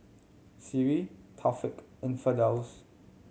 Sri Taufik and Firdaus